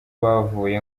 bavuye